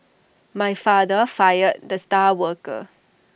my father fired the star worker